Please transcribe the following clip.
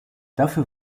dafür